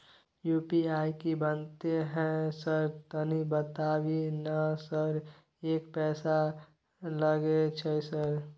UPI की बनते है सर तनी बता भी ना सर एक पैसा लागे छै सर?